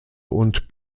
und